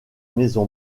maison